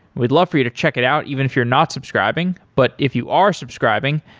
we'd love for you to check it out, even if you're not subscribing. but if you are subscribing,